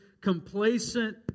complacent